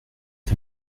est